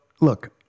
look